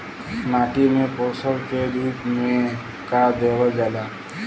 माटी में पोषण के रूप में का देवल जाला?